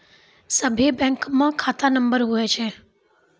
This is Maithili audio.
सभे बैंकमे खाता नम्बर हुवै छै